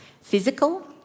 physical